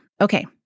Okay